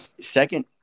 Second